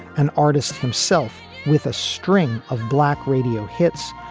an artist himself with a string of black radio hits.